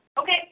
Okay